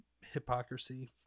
hypocrisy